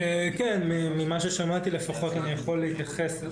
ממה ששמעתי לפחות אני יכול להתייחס.